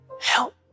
Help